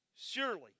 surely